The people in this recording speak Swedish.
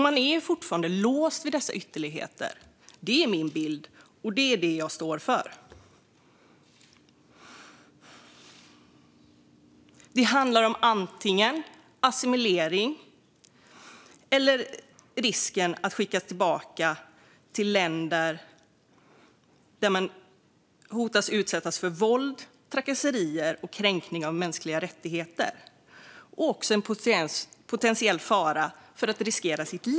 De är fortfarande låsta vid dessa ytterligheter. Detta är min bild, och det står jag för. Det handlar om antingen assimilering eller risken att skickas tillbaka till ett land där man riskerar att utsättas för våld, trakasserier och kränkningar av mänskliga rättigheter. Det handlar också om en potentiell fara för livet.